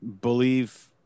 believe